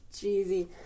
cheesy